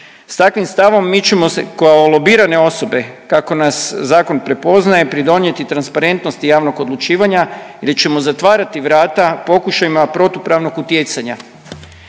S takvim stavom mi ćemo se kao lobirane osobe kako nas zakon prepoznaje pridonijeti transparentnosti javnog odlučivanja gdje ćemo zatvarati vrata pokušajima protupravnog utjecanja.